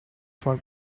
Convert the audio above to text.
for